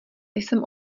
jsem